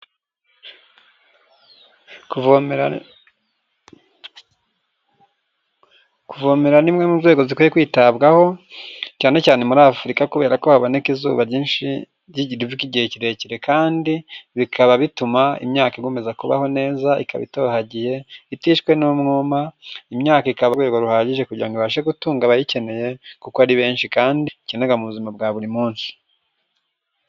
Kuvomerera ni imwe nzira kwiye kwitabwaho cyane cyane muri Afurika kubera ko haba izuba igihe kirekire kandi bikaba bituma imyaka ikomeza kubaho neza ikaba itohagiye itishwe n'umwuma, imyaka ikaba mu rwego ruhagije kugirango ibashe gutunga abayikeneye kuko ari benshi kandi ikenega mu buzima bwa buri munsi.